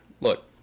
Look